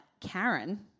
Karen